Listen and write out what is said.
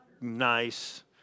nice